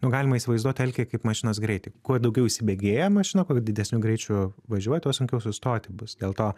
nu galima įsivaizduot alkį kaip mašinos greitį kuo daugiau įsibėgėja mašina kuo didesniu greičiu važiuoja tuo sunkiau sustoti bus dėl to